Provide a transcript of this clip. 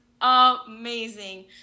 amazing